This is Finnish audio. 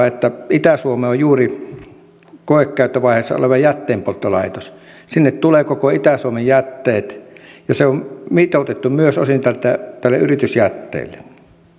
että itä suomessa on juuri koekäyttövaiheessa oleva jätteenpolttolaitos sinne tulevat koko itä suomen jätteet ja se on mitoitettu myös osin yritysjätteelle